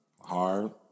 hard